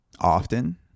often